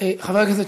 הרווחה והבריאות.